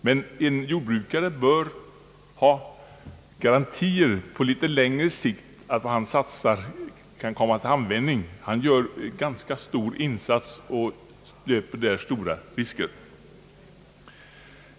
Men en jordbrukare bör ha garantier på litet längre sikt för att det han satsar kan komma till lönsam användning — han gör ju en ganska stor insats och löper därvid stora risker.